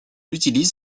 utilise